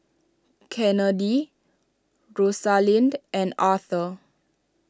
Kennedi Rosalind and Arther